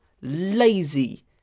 Lazy